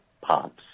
pops